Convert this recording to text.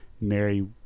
Mary